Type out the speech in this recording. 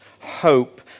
hope